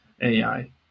AI